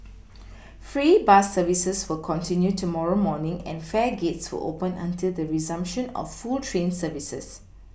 free bus services will continue tomorrow morning and fare gates will open until the resumption of full train services